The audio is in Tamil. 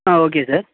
ah okay sir